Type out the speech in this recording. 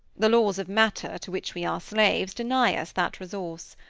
the laws of matter, to which we are slaves, deny us that resource.